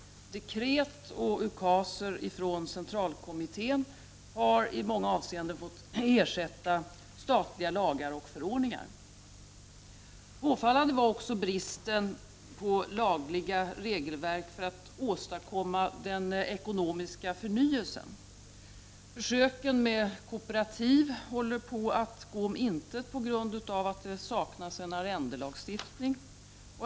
Dekret och ukaser från centralkommittén har i många avseenden fått ersätta statliga lagar och förordningar. Påfallande var också bristen på lagliga regelverk för att åstadkomma den ekonomiska förnyelsen. Försöken med kooperativ håller på att gå om intet på grund av att det saknas en arrendelagstiftning.